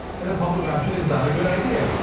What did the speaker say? and the public option is not a good idea.